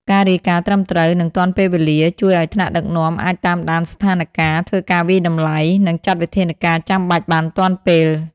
ការរាយការណ៍ត្រឹមត្រូវ និងទាន់ពេលវេលា ជួយឲ្យថ្នាក់ដឹកនាំអាចតាមដានស្ថានការណ៍ ធ្វើការវាយតម្លៃ និងចាត់វិធានការចាំបាច់បានទាន់ពេល។